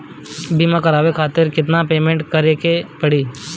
बीमा करावे खातिर केतना पेमेंट करे के पड़ी?